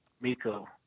Miko